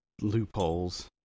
Loopholes